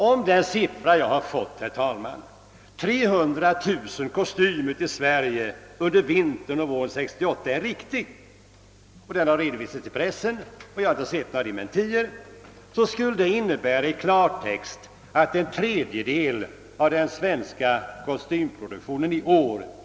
Om den siffra jag fått, 300 000 kostymer till Sverige under vintern och våren 1968, är riktig — den har redovisats i pressen, och jag har inte sett några dementier — skulle det i klartext innebära att importen utgör en tredjedel av den svenska kostymproduktionen.